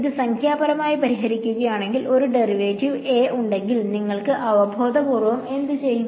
ഇത് സംഖ്യാപരമായി പരിഹരിക്കുകയാണെങ്കിൽഒരു ഡെറിവേറ്റീവ് a ഉണ്ടെങ്കിൽ നിങ്ങൾ അവബോധപൂർവ്വം എന്തു ചെയ്യും